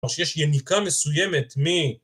או שיש יניקה מסוימת מ...